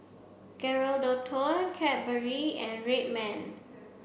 Geraldton Cadbury and Red Man